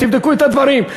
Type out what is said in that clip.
תבדקו את הדברים.